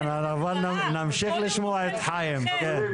כן, אבל נמשיך לשמוע את חיים, כן.